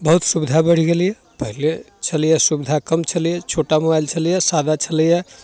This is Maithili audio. बहुत सुविधा बढ़ि गेलैए पहिले छलैए सुविधा कम छलैए छोटा मोबाइल छलैए सादा छलैए